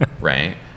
Right